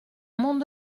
mont